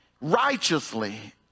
righteously